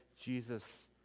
Jesus